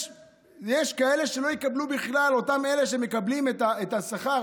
יש כאלה שלא יקבלו בכלל, אלה שמקבלים את השכר